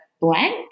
blank